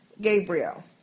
Gabriel